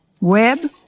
Web